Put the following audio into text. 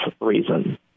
reason